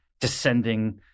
descending